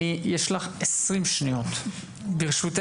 אני חושבת